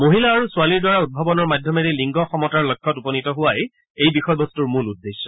মহিলা আৰু ছোৱালীৰ দ্বাৰা উদ্ভাৱনৰ মাধ্যমেৰে লিংগ সমতাৰ লক্ষ্যত উপনীত হোৱাই এই বিষয়বস্তুৰ মূল উদ্দেশ্য